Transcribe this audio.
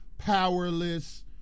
powerless